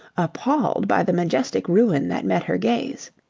appalled by the majestic ruin that met her gaze.